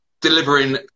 delivering